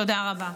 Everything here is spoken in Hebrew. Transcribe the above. תודה רבה.